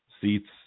Seats